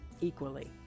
equally